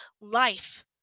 life